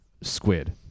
squid